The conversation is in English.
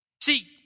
See